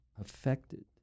affected